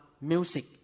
music